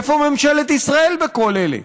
איפה ממשלת ישראל בכל אלה?